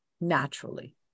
naturally